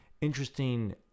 interesting